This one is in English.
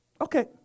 Okay